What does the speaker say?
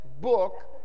book